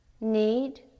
need